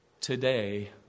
Today